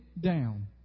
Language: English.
down